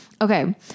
Okay